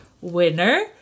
winner